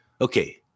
Okay